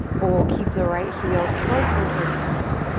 or we'll keep the right heel close in towards center.